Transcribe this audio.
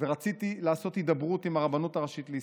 ורציתי לעשות הידברות עם הרבנות הראשית לישראל.